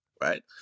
right